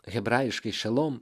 hebrajiškai šalom